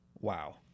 Wow